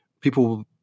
people